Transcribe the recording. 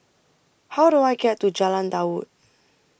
How Do I get to Jalan Daud